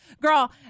Girl